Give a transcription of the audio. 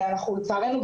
לצערנו,